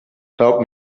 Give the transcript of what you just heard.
help